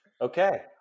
Okay